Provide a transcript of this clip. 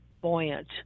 buoyant